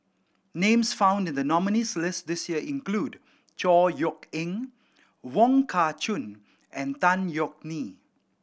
names found in the nominees' list this year include Chor Yeok Eng Wong Kah Chun and Tan Yeok Nee